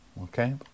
Okay